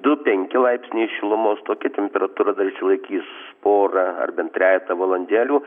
du penki laipsniai šilumos tokia temperatūra dar išsilaikys porą ar bent trejetą valandėlių